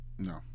No